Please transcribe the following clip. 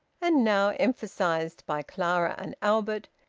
and now emphasised by clara and albert,